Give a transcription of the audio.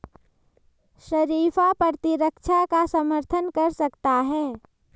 शरीफा प्रतिरक्षा का समर्थन कर सकता है